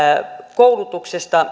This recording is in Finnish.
koulutuksesta